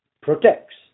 protects